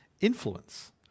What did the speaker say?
influence